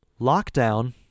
lockdown